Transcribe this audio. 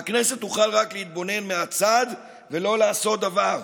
והכנסת תוכל רק להתבונן מהצד ולא לעשות דבר.